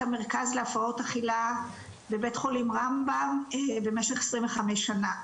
המרכז להפרעות אכילה בבית חולים רמב"ם במשך 25 שנה.